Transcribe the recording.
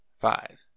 five